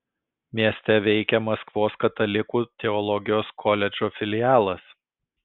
mieste veikia maskvos katalikų teologijos koledžo filialas